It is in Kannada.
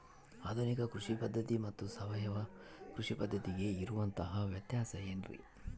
ಆಧುನಿಕ ಕೃಷಿ ಪದ್ಧತಿ ಮತ್ತು ಸಾವಯವ ಕೃಷಿ ಪದ್ಧತಿಗೆ ಇರುವಂತಂಹ ವ್ಯತ್ಯಾಸ ಏನ್ರಿ?